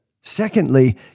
Secondly